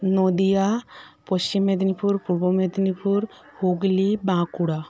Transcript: Nadia Paschim Medinipur Purba Medinipur Hooghly Bankura